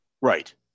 right